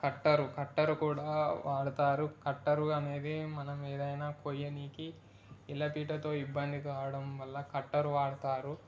కట్టరు కట్టరు కూడా వాడతారు కట్టరు అనేది మనం ఏదైనా కొయ్యిడానికి ఇలా పీటతో ఇబ్బంది కావడం వల్ల కట్టరు వాడతారు